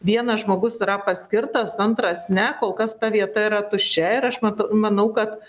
vienas žmogus yra paskirtas antras ne kol kas ta vieta yra tuščia ir aš mata manau kad